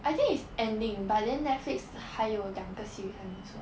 I think it's ending but then netflix 还有两个 series 还没出